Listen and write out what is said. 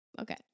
Okay